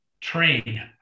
train